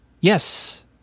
Yes